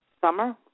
summer